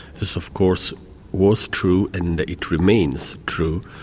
this of course was true and it remains true,